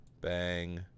bang